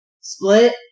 split